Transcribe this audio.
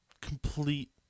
complete